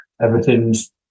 Everything's